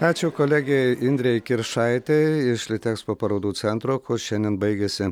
ačiū kolegė indrei kiršaitei iš litekspo parodų centro kur šiandien baigėsi